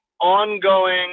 ongoing